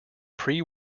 pre